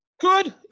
Good